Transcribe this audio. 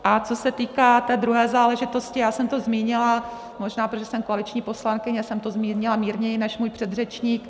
A co se týká té druhé záležitosti, já jsem to zmínila, možná proto, že jsem koaliční poslankyně, jsem to zmínila mírněji než můj předřečník.